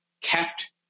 kept